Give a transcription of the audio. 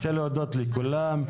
אני רוצה להודות לכולם,